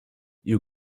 you